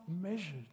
measured